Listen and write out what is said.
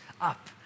up